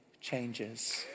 changes